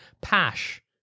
pash